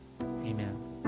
Amen